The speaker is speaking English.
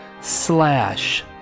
Slash